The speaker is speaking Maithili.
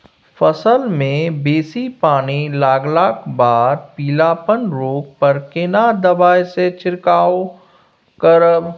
फसल मे बेसी पानी लागलाक बाद पीलापन रोग पर केना दबाई से छिरकाव करब?